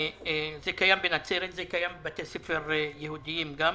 זה קיים בנצרת, זה קיים בבתי ספר יהודיים גם.